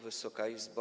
Wysoka Izbo!